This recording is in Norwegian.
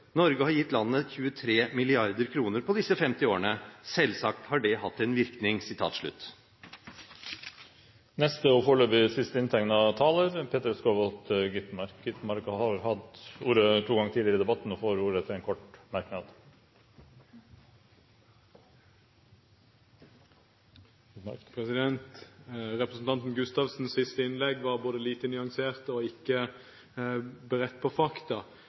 årene. Selvsagt har dette hatt en virkning.» Peter Skovholt Gitmark har hatt ordet to ganger tidligere i debatten, og får ordet til en kort merknad, begrenset til 1 minutt. Representanten Gustavsens siste innlegg var både lite nyansert og ikke basert på fakta.